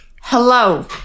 hello